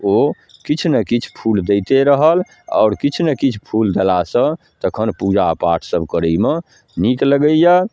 ओ किछु नहि किछु फूल दैते रहल आओर किछु नहि किछु फूल देलासँ तखन पूजा पाठसब करैमे नीक लगैए